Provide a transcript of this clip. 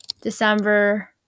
December